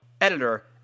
Editor